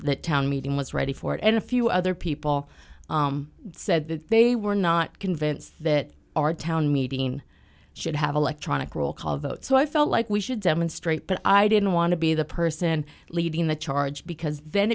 that town meeting was ready for it and a few other people said that they were not convinced that our town meeting should have electronic roll call vote so i felt like we should demonstrate but i didn't want to be the person leading the charge because then